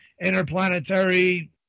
interplanetary